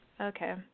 Okay